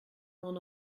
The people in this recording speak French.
mon